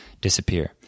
disappear